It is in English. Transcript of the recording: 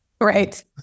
Right